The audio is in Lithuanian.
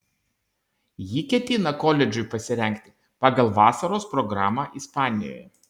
ji ketina koledžui pasirengti pagal vasaros programą ispanijoje